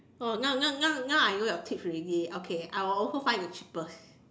oh now now now now I know your tricks already okay I will also find the cheapest